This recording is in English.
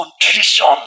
contrition